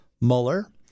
Mueller